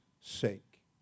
sake